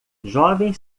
jovem